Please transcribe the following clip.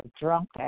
drunk